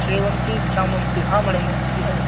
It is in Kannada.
ಸೇವಂತಿ ಚಾಮಂತಿ ಹಾಂ ಮೇಡಮ್ ಇದೆ ಮೇಡಮ್